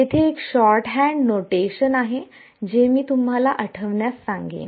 येथे एक shorthand notation आहे जे मी तुम्हाला आठवण्यास सांगेन